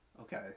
Okay